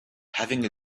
having